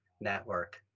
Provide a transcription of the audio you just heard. network